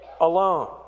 alone